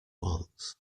once